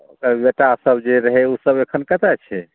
ओकर बेटासभ जे रहै ओसभ अखन कतय छै